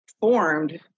formed